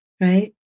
Right